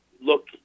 Look